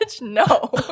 No